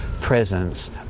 presence